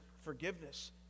forgiveness